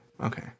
Okay